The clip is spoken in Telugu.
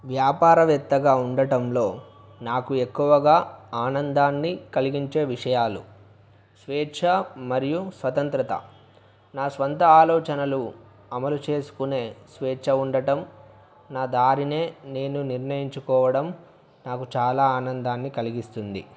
వ్యాపారవేత్తగా ఉండటంలో నాకు ఎక్కువగా ఆనందాన్ని కలిగించే విషయాలు స్వేచ్ఛ మరియు స్వతంత్రత నా స్వంత ఆలోచనలు అమలు చేసుకునే స్వేచ్ఛ ఉండడం నా దారని నేను నిర్ణయించుకోవడం నాకు చాలా ఆనందాన్ని కలిగిస్తుంది